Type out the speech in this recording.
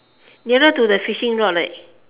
nearer to the fishing rod